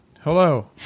Hello